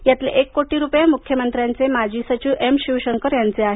यातले एक कोटी रुपये मुख्यमंत्र्यांचे माजी सचिव एम शिवशंकर यांचे आहेत